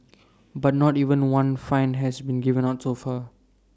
but not even one fine has been given out so far